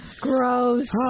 gross